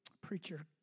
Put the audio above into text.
Preacher